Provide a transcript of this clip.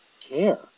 care